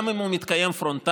גם אם הוא מתקיים פרונטלית,